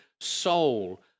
soul